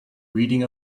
reading